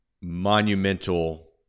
monumental